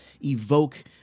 evoke